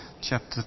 chapter